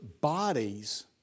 bodies